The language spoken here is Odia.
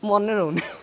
ମନେ ରହୁନି